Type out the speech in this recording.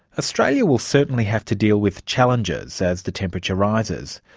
australia will certainly have to deal with challenges as the temperature rises,